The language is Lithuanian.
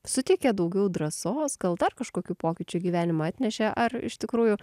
suteikė daugiau drąsos gal dar kažkokių pokyčių į gyvenimą atnešė ar iš tikrųjų